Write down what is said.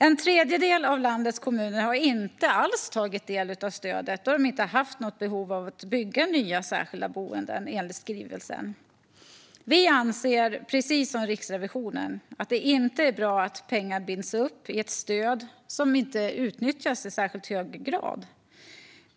En tredjedel av landets kommuner har inte alls tagit del av stödet då de enligt skrivelsen inte haft något behov av att bygga nya särskilda boenden. Vi anser, precis som Riksrevisionen, att det inte är bra att pengar binds upp i ett stöd som inte utnyttjas i särskilt hög grad.